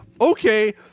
Okay